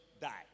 die